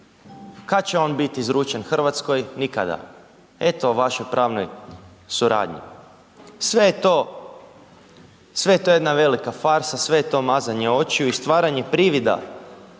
kad će on biti izručen RH? Nikada, eto vašoj pravnoj suradnji. Sve je to jedna velika farsa, sve je to mazanje očiju i stvaranje privida